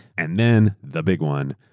and then, the big one,